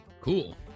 cool